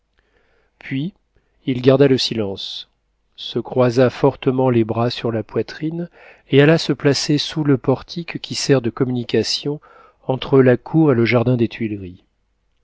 puis il garda le silence se croisa fortement les bras sur la poitrine et alla se placer sous le portique qui sert de communication entre la cour et le jardin des tuileries